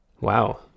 Wow